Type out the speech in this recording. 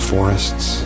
Forests